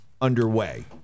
underway